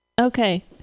Okay